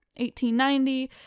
1890